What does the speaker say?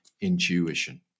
intuition